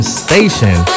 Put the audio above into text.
station